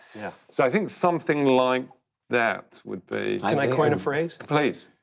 yeah so i think something like that would be can i coin a phrase? please.